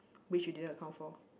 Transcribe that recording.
which you didn't account for